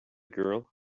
girl